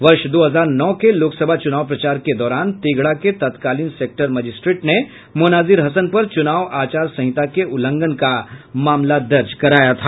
वर्ष दो हजार नौ के लोकसभा चुनाव प्रचार के दौरान तेघड़ा के तत्कालीन सेक्टर मजिस्ट्रेट ने मोनाजिर हसन पर चुनाव आचार संहिता के उल्लंघन का मामला दर्ज कराया था